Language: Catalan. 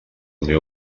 unió